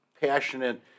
passionate